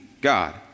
God